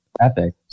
epic